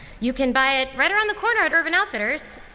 you can buy it right around the corner at urban outfitters,